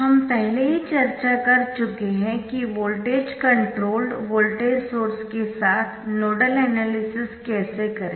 हम पहले ही चर्चा कर चुके है कि वोल्टेज कंट्रोल्ड वोल्टेज सोर्स के साथ नोडल एनालिसिस कैसे करें